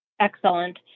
Excellent